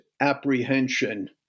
apprehension